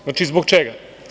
Znači, zbog čega?